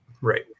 Right